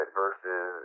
versus